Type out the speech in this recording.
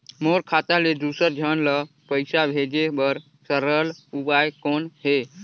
मोर खाता ले दुसर झन ल पईसा भेजे बर सरल उपाय कौन हे?